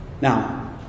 Now